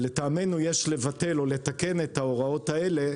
לטעמנו, יש לבטל או לתקן את ההוראות האלה,